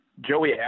Joey